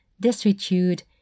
destitute